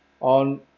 on